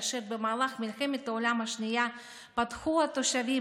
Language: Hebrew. שכן במהלך מלחמת העולם השנייה פתחו התושבים